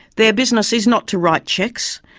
their business is not to write cheques,